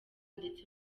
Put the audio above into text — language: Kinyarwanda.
ndetse